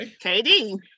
KD